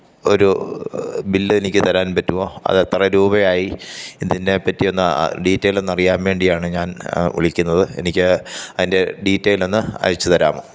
ഒരു ബില്ലെനിക്ക് തരാന് പറ്റുമോ അതെത്ര രൂപയായി ഇതിനെപ്പറ്റിയൊന്ന് ഡീറ്റേയിലൊന്നറിയാന് വേണ്ടിയാണ് ഞാന് വിളിക്കുന്നത് എനിക്ക് അതിന്റെ ഡീറ്റേയിലൊന്ന് അയച്ച് തരാമോ